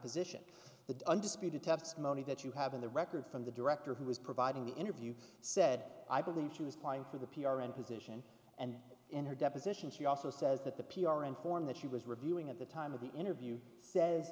position the undisputed testimony that you have in the record from the director who was providing the interview said i believe she was playing for the p r and position and in her deposition she also says that the p r informed that she was reviewing at the time of the interview says